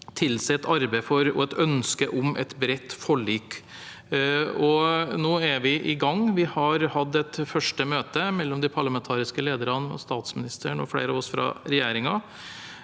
tilsier et arbeid for og et ønske om et bredt forlik. Nå er vi i gang. Vi har hatt et første møte mellom de parlamentariske lederne, statsministeren og flere av oss fra regjeringen.